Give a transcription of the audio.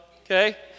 Okay